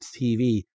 TV